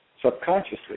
subconsciously